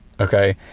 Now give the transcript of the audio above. Okay